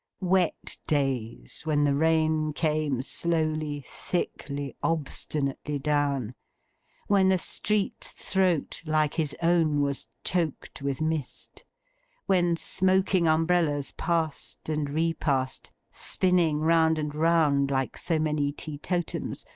wet days, when the rain came slowly, thickly, obstinately down when the street's throat, like his own, was choked with mist when smoking umbrellas passed and re-passed, spinning round and round like so many teetotums,